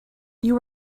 you